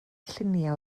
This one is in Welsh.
lluniau